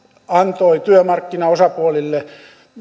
antoi työmarkkinaosapuolille